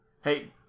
Hey